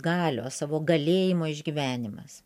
galios savo galėjimo išgyvenimas